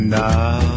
now